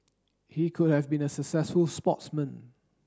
he could have been a successful sportsman